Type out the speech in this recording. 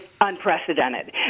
unprecedented